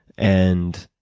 and,